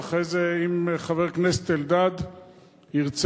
ואחרי זה אם חבר הכנסת אלדד ירצה,